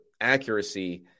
accuracy